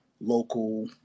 local